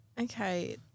Okay